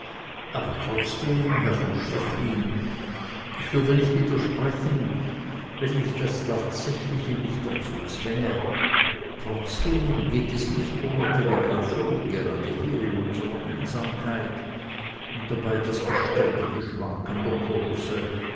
aber trotzdem herr von stechlin ich würde nicht widersprechen wenn mich das tatsächliche nicht dazu zwänge trotzdem geht es nicht ohne telegraphie gerade hier in unsrer einsamkeit und dabei das beständige schwanken der kurse